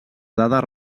dades